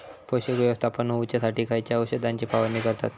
पोषक व्यवस्थापन होऊच्यासाठी खयच्या औषधाची फवारणी करतत?